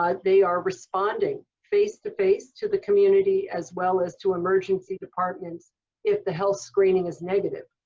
ah they are responding face to face to the community as well as to emergency departments if the health screening is negative.